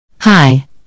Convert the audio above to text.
Hi